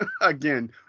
Again